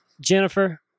Jennifer